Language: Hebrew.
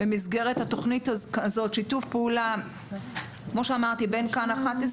במסגרת התוכנית הזאת היה שיתוף פעולה בין כאן 11